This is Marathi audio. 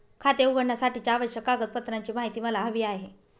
खाते उघडण्यासाठीच्या आवश्यक कागदपत्रांची माहिती मला हवी आहे